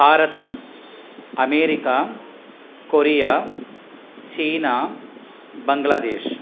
भारतम् America Korea चीना बङ्ग्लादेश्